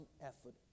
effort